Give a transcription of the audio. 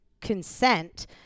consent